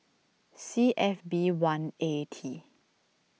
C F B one A T